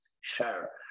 share